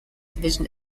division